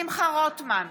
שמחה רוטמן,